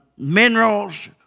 minerals